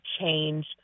change